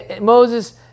Moses